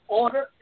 order